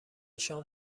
شام